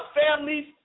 families